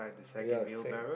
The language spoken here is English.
ya s~